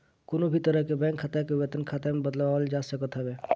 कवनो भी तरह के बैंक खाता के वेतन खाता में बदलवावल जा सकत हवे